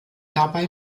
dabei